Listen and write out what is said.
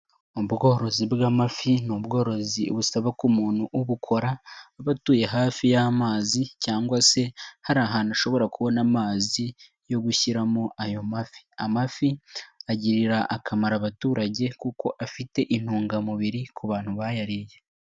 Ubworozi bw'amafi ni ubworozi busaba ko umuntu ubukora, aba atuye hafi y'amazi cyangwa se, hari ahantu ashobora kubona amazi yo gushyiramo ayo mafi. Amafi agirira akamaro abaturage kuko afite intungamubiri ku bantu bayariye.